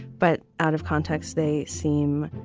but out of context, they seem